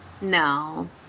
No